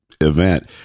event